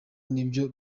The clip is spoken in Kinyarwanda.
nibyo